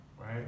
right